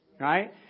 right